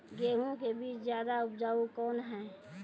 गेहूँ के बीज ज्यादा उपजाऊ कौन है?